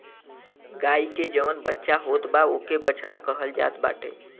गाई के जवन बच्चा होत बा ओके बछड़ा कहल जात बाटे